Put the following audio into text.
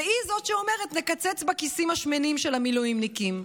היא זאת שאומרת: נקצץ בכיסים השמנים של המילואימניקים.